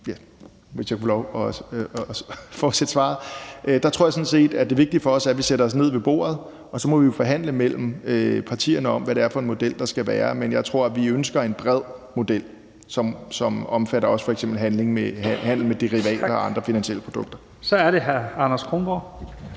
til hvilken model vi bakker op om, tror jeg sådan set, at det vigtige for os er, at vi sætter os ned ved bordet, og så må vi jo forhandle partierne imellem om, hvad det er for en model, der skal være. Jeg tror, at vi ønsker en bred model, som f.eks. også omfatter handel med derivater og andre finansielle produkter. Kl. 12:09 Første